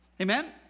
Amen